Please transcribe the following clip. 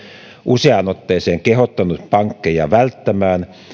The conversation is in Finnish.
useaan otteeseen kehottanut pankkeja välttämään